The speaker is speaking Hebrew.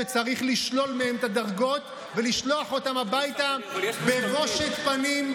שצריך לשלול מהם את הדרגות ולשלוח אותם הביתה בבושת פנים,